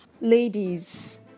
ladies